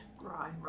Right